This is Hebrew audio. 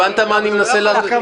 הבנת מה אני מנסה להגיד?